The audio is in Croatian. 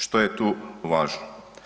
Što je tu važno?